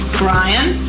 brian,